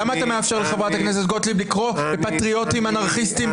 למה אתה מאפשר לחברת הכנסת גוטליב לקרוא לפטריוטים אנרכיסטים?